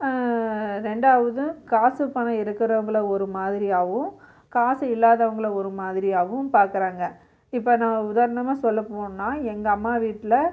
ரெண்டாவது காசு பணம் இருக்கிறவங்கள ஒருமாதிரியாகவும் காசு இல்லாதவங்களை ஒரு மாதிரியாகவும் பார்க்குறாங்க இப்போ நான் உதாரணமாக சொல்ல போனால் எங்கள் அம்மா வீட்டில்